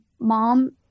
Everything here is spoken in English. mom